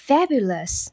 Fabulous